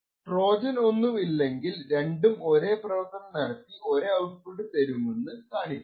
Trojan ഒന്നും ഇല്ലെങ്കിൽ രണ്ടും ഒരേ പ്രവർത്തനം നടത്തി ഒരേ ഔട്പുട്ട് തന്നെ തരും